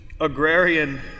agrarian